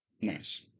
Nice